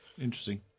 Interesting